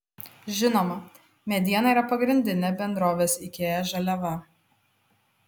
žinoma mediena yra pagrindinė bendrovės ikea žaliava